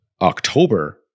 October